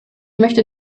möchte